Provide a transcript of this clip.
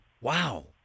Wow